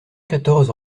quatorze